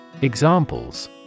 Examples